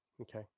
Okay